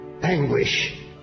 Anguish